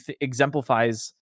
exemplifies